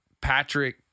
Patrick